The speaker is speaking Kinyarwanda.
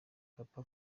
papa